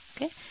Okay